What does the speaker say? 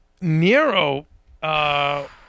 Nero –